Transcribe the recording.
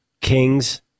Kings